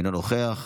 אינו נוכח,